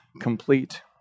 complete